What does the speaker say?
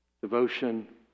devotion